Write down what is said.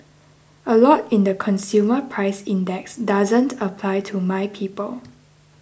a lot in the consumer price index doesn't apply to my people